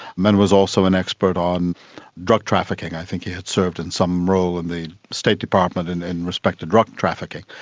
man was also an expert on drug trafficking, i think he had served in some role in the state department in in respect to drug trafficking.